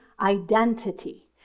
identity